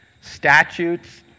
statutes